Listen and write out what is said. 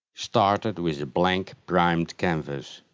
started with a blank, primed canvas.